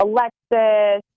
Alexis